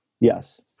Yes